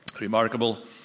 Remarkable